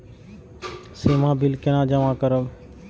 सीमा bill केना जमा करब?